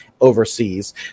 overseas